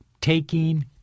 taking